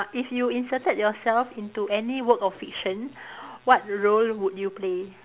if you inserted yourself into any work of fiction what role would you play